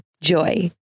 Joy